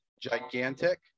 Gigantic